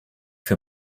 für